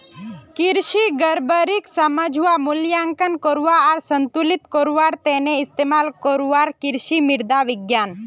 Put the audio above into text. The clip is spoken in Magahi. कृषि गड़बड़ीक समझवा, मूल्यांकन करवा आर संतुलित करवार त न इस्तमाल करवार कृषि मृदा विज्ञान